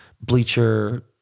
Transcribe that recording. bleacher